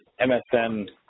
MSN